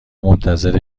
منتظر